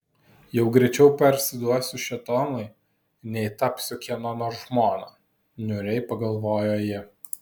jau greičiau parsiduosiu šėtonui nei tapsiu kieno nors žmona niūriai pagalvojo ji